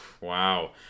wow